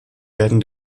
werden